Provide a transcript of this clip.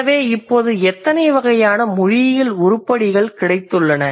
எனவே இப்போது எத்தனை வகையான மொழியியல் உருப்படிகள் கிடைத்துள்ளன